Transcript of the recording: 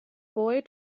boy